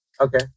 Okay